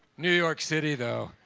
new york city, though,